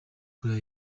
korea